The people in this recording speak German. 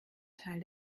teil